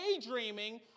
daydreaming